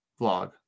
vlog